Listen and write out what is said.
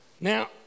Now